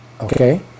Okay